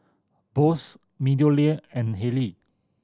Bose MeadowLea and Haylee